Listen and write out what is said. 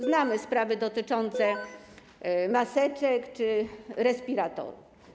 Znamy sprawy dotyczące maseczek czy respiratorów.